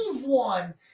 one